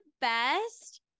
best